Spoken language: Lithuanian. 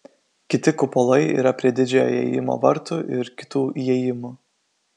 kiti kupolai yra prie didžiojo įėjimo vartų ir kitų įėjimų